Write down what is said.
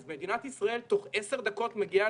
אז מדינת ישראל תוך עשר דקות מגיעה